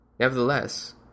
Nevertheless